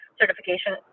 certification